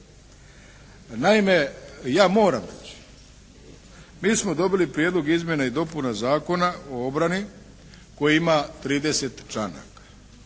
Naime, ja moram reći, mi smo dobili Prijedlog izmjena i dopuna Zakona o obrani koji ima 30. članaka.